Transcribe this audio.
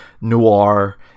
noir